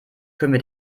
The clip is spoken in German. können